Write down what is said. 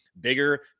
bigger